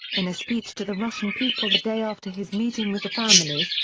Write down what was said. in a speech to the russian people the day after his meeting with the families,